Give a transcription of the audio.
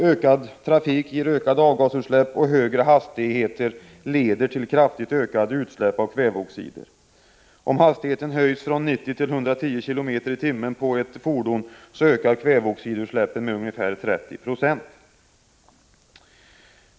Ökad trafik ger ökade avgasutsläpp, och högre hastigheter leder till kraftigt ökade utsläpp av kväveoxider. Om hastigheten höjs från 90 till 110 km/tim på ett fordon ökar kväveoxidutsläppen med ungefär 30 96.